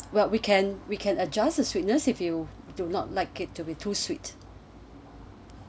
well we can we can adjust a sweetness if you do not like it to be too sweet